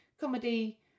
comedy